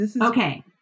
Okay